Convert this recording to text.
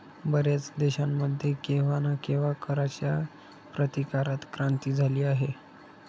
बर्याच देशांमध्ये केव्हा ना केव्हा कराच्या प्रतिकारात क्रांती झाली आहे